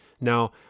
Now